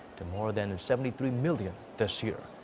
to more than seventy three million this year.